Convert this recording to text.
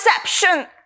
perception